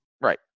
right